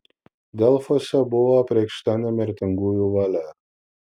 delfuose buvo apreikšta nemirtingųjų valia